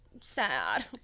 sad